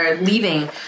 leaving